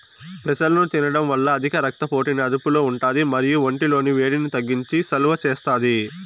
పెసలను తినడం వల్ల అధిక రక్త పోటుని అదుపులో ఉంటాది మరియు ఒంటి లోని వేడిని తగ్గించి సలువ చేస్తాది